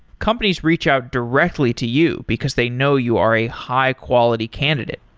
companies reach out directly to you, because they know you are a high-quality candidate.